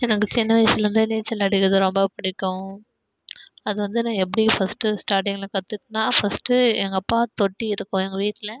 எனக்கு சின்ன வயசுலேருந்தே நீச்சல் அடிக்கிறது ரொம்ப பிடிக்கும் அது வந்து நான் எப்படி ஃபர்ஸ்ட்டு ஸ்டார்டிங்கில் கற்றுக்கிட்டேனா ஃபர்ஸ்ட்டு எங்கள் அப்பா தொட்டி இருக்கும் எங்கள் வீட்டில்